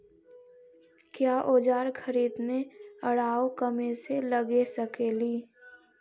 क्या ओजार खरीदने ड़ाओकमेसे लगे सकेली?